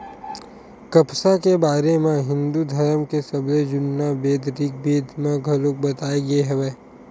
कपसा के बारे म हिंदू धरम के सबले जुन्ना बेद ऋगबेद म घलोक बताए गे हवय